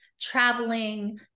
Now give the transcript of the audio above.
traveling